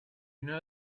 know